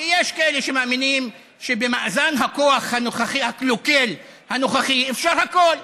כי יש כאלה שמאמינים שבמאזן הכוח הקלוקל אפשר הכול.